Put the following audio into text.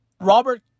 Robert